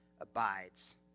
abides